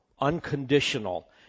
unconditional